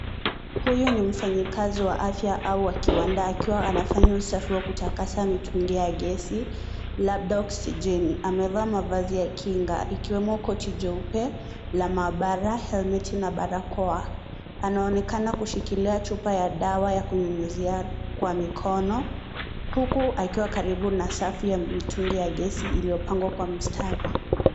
Huyu ni mfanyakazi wa afya au kiwanda akiwa anafanya usafi wa kutakasa mitungi ya gesi labda oksijeni. Amevaa mavazi ya kinga, ikiwemo koti jeupe la mahabara , helmeti na barakoa. Anaonekana kushikilia chupa ya dawa ya kunyunyuzia kwa mikono , huku akiwa karibu na safu ya mitungi ya gesi iliyopangwa kwa mstari.